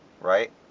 right